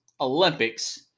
Olympics